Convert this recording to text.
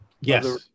yes